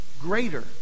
greater